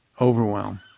overwhelm